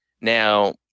Now